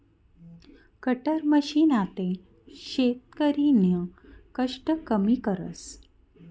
cutter machine आते शेतकरीना कष्ट कमी करस